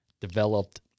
developed